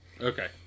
Okay